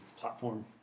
platform